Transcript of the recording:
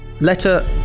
Letter